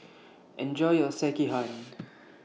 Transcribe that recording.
Enjoy your Sekihan